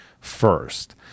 first